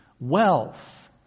wealth